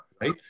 right